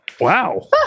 Wow